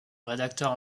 rédacteur